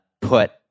put